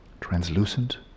translucent